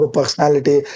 personality